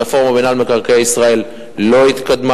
הרפורמה במינהל מקרקעי ישראל לא התקדמה,